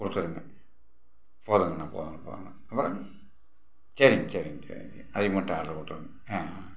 ஒருத்தருக்கு போதுங்கண்ணா போதுங்கண்ணா போதுங்க அப்புறம் சரிங்க சரிங்க சரிங்க சரிங்க அதை மட்டும் ஆர்ட்ரு கொடுத்து விடுங்க